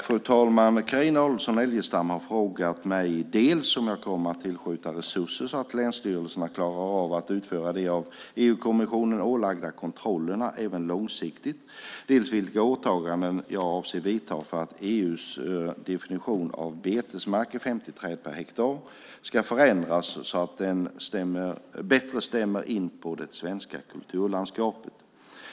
Fru talman! Carina Adolfsson Elgestam har frågat mig dels om jag kommer att tillskjuta resurser så att länsstyrelserna klarar av att utföra de av EU-kommissionen ålagda kontrollerna även långsiktigt, dels vilka åtgärder jag avser att vidta för att EU:s definition av betesmarker, 50 träd per hektar, ska förändras så att den bättre stämmer in på det svenska kulturlandskapet.